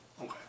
Okay